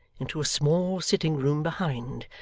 into a small sitting-room behind,